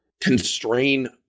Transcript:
constrain